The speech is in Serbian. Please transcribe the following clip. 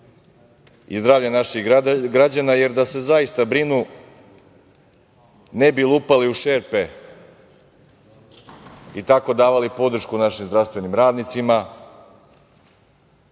i zdravlje naših građana, jer da se zaista brinu ne bi lupali u šerpe i tako davali podršku našem zdravstvenim radnicima